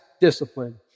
discipline